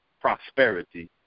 prosperity